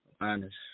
honest